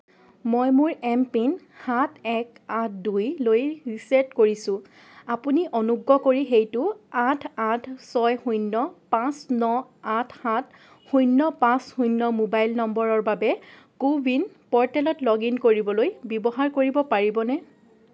মই মোৰ এমপিন সাত এক আঠ দুইলৈ ৰিচেট কৰিছোঁ আপুনি অনুগ্ৰহ কৰি সেইটো আঠ আঠ ছয় শূন্য পাঁচ ন আঠ সাত শূন্য পাঁচ শূন্য মোবাইল নম্বৰৰ বাবে কো ৱিন প'ৰ্টেলত লগ ইন কৰিবলৈ ব্যৱহাৰ কৰিব পাৰিবনে